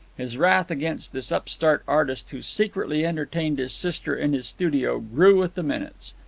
his wrath against this upstart artist who secretly entertained his sister in his studio grew with the minutes.